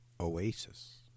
Oasis